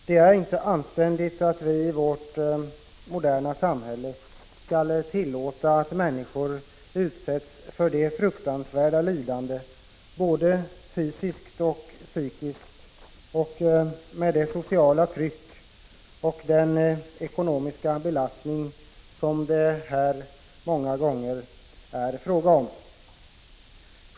Det är inte anständigt att vi i vårt moderna samhälle skall tillåta att människor utsätts för det fruktansvärda lidande, både fysiskt och psykiskt, det sociala tryck och den ekonomiska belastning som det här många gånger är fråga om.